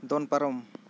ᱫᱚᱱ ᱯᱟᱨᱚᱢ